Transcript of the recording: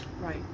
Right